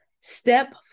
Step